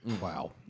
Wow